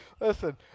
Listen